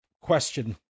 question